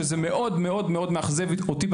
שזה מאוד מאוד מאוד מאכזב אותי,